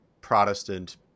Protestant